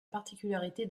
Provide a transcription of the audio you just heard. particularité